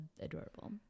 adorable